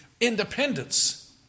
independence